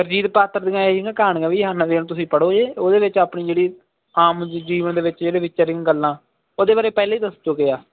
ਸੁਰਜੀਤ ਪਾਤਰ ਦੀਆਂ ਇਹ ਨਾ ਕਹਾਣੀਆਂ ਵੀ ਹਨ ਤੁਸੀਂ ਪੜ੍ਹੋ ਜੇ ਉਹਦੇ ਵਿੱਚ ਆਪਣੀ ਜਿਹੜੀ ਆਮ ਜੀਵਨ ਦੇ ਵਿੱਚ ਇਹਦੇ ਵਿੱਚ ਰਹੀਆਂ ਗੱਲਾਂ ਉਹਦੇ ਬਾਰੇ ਪਹਿਲਾਂ ਹੀ ਦੱਸ ਚੁੱਕੇ ਆ